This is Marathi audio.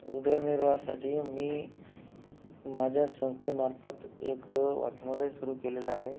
उदरनिर्वाहासाठी मी माझ्या संस्थेमार्फत एक वाचनालय सुरू केलेलं आहे